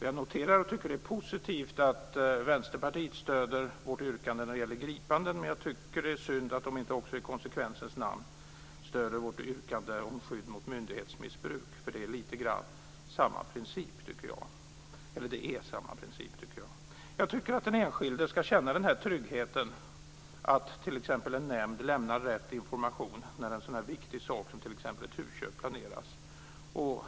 Jag tycker att det är positivt att Vänsterpartiet stöder vårt yrkande när det gäller gripanden, men jag tycker att det är synd att de inte också i konsekvensens namn stöder vårt yrkande om skydd mot myndighetsmissbruk. Jag tycker att det är samma princip. Jag tycker att den enskilda ska känna tryggheten att t.ex. en nämnd lämnar rätt information när en sådan viktig sak som t.ex. ett husköp planeras.